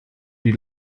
die